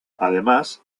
además